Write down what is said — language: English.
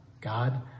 God